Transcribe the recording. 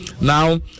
Now